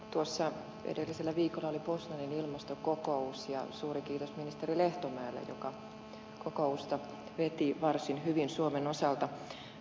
tuossa edellisellä viikolla oli poznanin ilmastokokous ja suuri kiitos ministeri lehtomäelle joka kokousta veti varsin hyvin suomen osalta